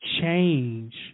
change